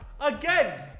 Again